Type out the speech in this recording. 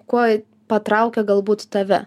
kuo patraukė galbūt tave